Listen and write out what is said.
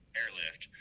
airlift